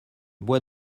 bois